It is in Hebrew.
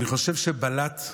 אני חושב שבלט,